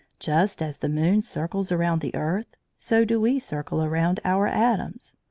just as the moon circles around the earth, so do we circle around our atoms,